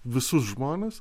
visus žmones